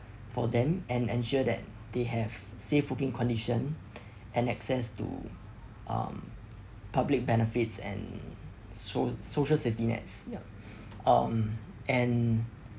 for them and ensure that they have safe working condition and access to um public benefits and so~ social safety nets yup um and